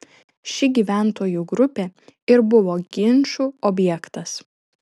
ši gyventojų grupė ir buvo ginčų objektas